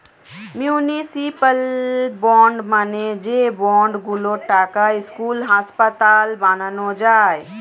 municipal bond মানে যে bond গুলোর টাকায় স্কুল, হাসপাতাল বানানো যায়